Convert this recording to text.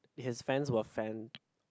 his fans were fan